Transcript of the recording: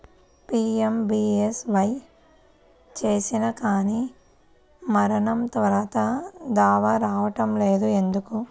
PMBSY చేసినా కానీ మరణం తర్వాత దావా రావటం లేదు ఎందుకు?